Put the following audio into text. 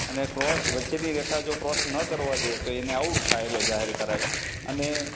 અને ક્રૉસ વચ્ચેની રેખા જો ક્રૉસ ન કરવા દે તો એને આઉટ થયેલો જાહેર કરાય અને